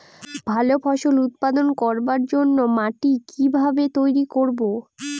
ভালো ফসল উৎপাদন করবার জন্য মাটি কি ভাবে তৈরী করব?